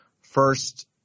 first